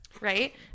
Right